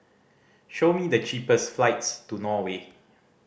show me the cheapest flights to Norway